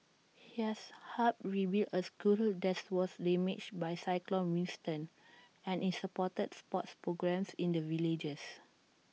he has hap rebuild A school that was damaged by cyclone Winston and is supported sports programmes in the villages